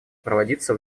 проводиться